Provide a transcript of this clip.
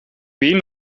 bmw